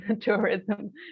tourism